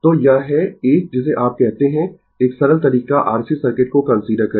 तो यह है एक जिसे आप कहते है एक सरल तरीका R C सर्किट को कंसीडर करें